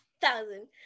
thousand